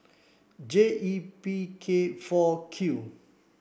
J E P K four Q